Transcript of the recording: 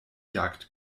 jagd